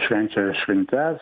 švenčia šventes